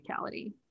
physicality